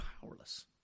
powerless